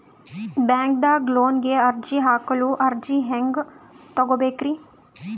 ಬ್ಯಾಂಕ್ದಾಗ ಲೋನ್ ಗೆ ಅರ್ಜಿ ಹಾಕಲು ಅರ್ಜಿ ಹೆಂಗ್ ತಗೊಬೇಕ್ರಿ?